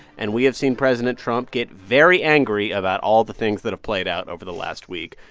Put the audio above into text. and we have seen president trump get very angry about all the things that have played out over the last week.